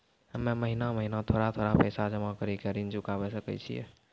हम्मे महीना महीना थोड़ा थोड़ा पैसा जमा कड़ी के ऋण चुकाबै सकय छियै?